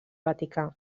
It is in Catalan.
vaticà